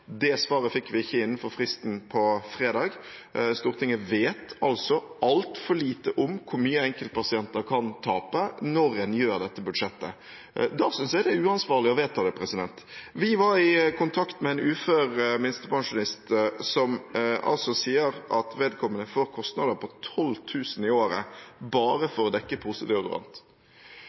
Det svaret fikk vi ikke innenfor fristen på fredag, Stortinget vet altså altfor lite om hvor mye enkeltpasienter kan tape når en vedtar dette budsjettet. Da synes jeg det er uansvarlig å vedta det. Vi var i kontakt med en ufør minstepensjonist, som sier at vedkommende får kostnader på 12 000 kr i året bare til å dekke posedeodorant. Mitt spørsmål til representanten er